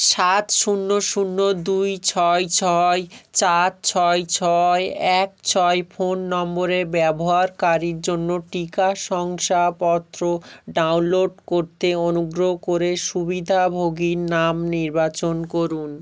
সাত শূন্য শূন্য দুই ছয় ছয় চার ছয় ছয় এক ছয় ফোন নম্বরের ব্যবহারকারীর জন্য টিকা শংসাপত্র ডাউনলোড করতে অনুগ্রহ করে সুবিধাভোগীর নাম নির্বাচন করুন